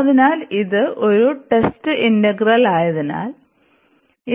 അതിനാൽ ഇത് ഒരു ടെസ്റ്റ് ഇന്റഗ്രൽ ആയതിനാൽ